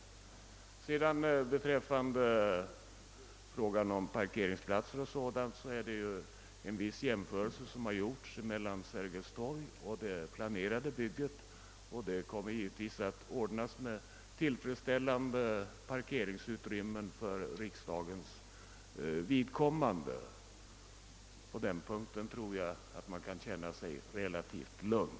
Beträffande frågan om parkeringsplatser och sådant kan nämnas att en viss jämförelse gjorts mellan Sergels torg och det planerade bygget. Givetvis kommer det att ordnas med tillfredsställande parkeringsutrymmen för riksdagens vidkommande. På den punkten tror jag att man kan känna sig relativt lugn.